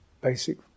basic